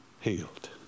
healed